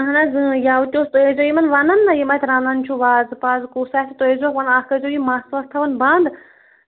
اَہن حظ اۭں یوٕ تہِ اوس تُہۍ ٲسزیٚو یِمن وَنان نا یِم اَتہِ رَنان چھُ وازٕ پازٕ کُس آسہِ تُہۍ ٲسزیٚو وَنان اَکھ ٲسزیٚو یہِ مَس وَس تھَوان بَنٛد